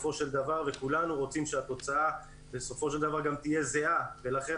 כולנו רוצים שהתוצאה גם תהיה זהה ולכן